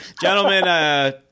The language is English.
gentlemen